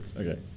okay